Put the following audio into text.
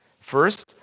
First